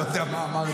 אני לא יודע מה אמרת.